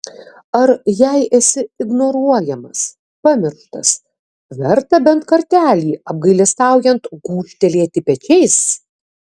ar jei esi ignoruojamas pamirštas verta bent kartelį apgailestaujant gūžtelėti pečiais